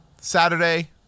Saturday